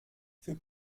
für